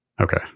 Okay